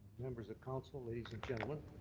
members of council. ladies and gentlemen.